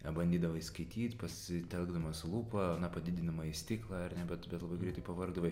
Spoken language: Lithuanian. na bandydavai skaityt pasitelkdamas lūpą na padidinamąjį stiklą ar ne bet labai greitai pavargdavai